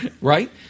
Right